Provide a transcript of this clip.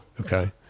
Okay